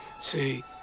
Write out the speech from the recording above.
See